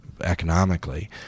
economically